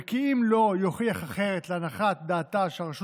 וכי אם לא יוכיח אחרת להנחת דעתה של הרשות